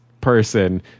person